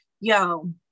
Yo